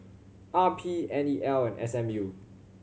R P N E L and S M U